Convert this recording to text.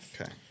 Okay